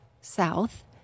south